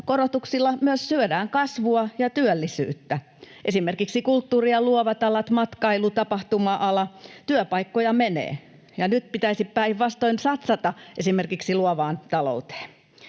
korotuksilla myös syödään kasvua ja työllisyyttä. Esimerkiksi kulttuuri ja luovat alat, matkailu, tapahtuma-ala — työpaikkoja menee, ja nyt pitäisi päinvastoin satsata esimerkiksi luovaan talouteen.